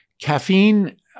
caffeine